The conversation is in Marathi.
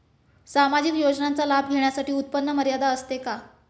सामाजिक योजनांचा लाभ घेण्यासाठी उत्पन्न मर्यादा असते का?